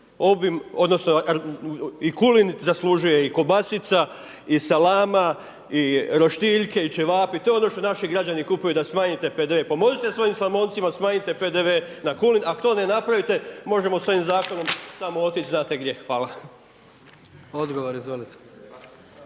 odnosno i kulen zaslužuje i kobasica i salama i roštiljke i ćevapi, to je ono što naši građani kupuju da smanjite PDV? Pomozite svojim Slavoncima, smanjite PDV, ako to ne napravite možemo s ovim zakonom samo otići znate gdje. Hvala. **Jandroković,